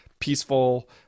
peaceful